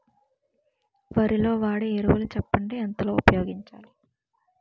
వరిలో వాడే ఎరువులు చెప్పండి? ఎంత లో ఉపయోగించాలీ?